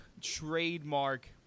trademark